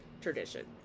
tradition